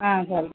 ஆ சரி